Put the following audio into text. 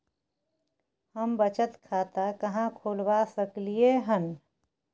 हम बचत खाता कहाॅं खोलवा सकलिये हन?